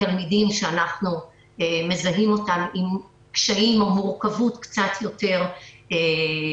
תלמידים שאנחנו מזהים אותם עם קשיים או מורכבות קצת יותר משמעותית.